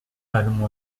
allons